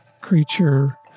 creature